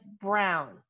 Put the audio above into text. brown